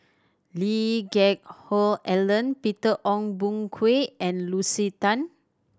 Lee Geck Hoon Ellen Peter Ong Boon Kwee and Lucy Tan